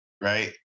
Right